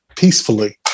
peacefully